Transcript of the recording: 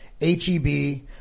H-E-B